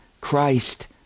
Christ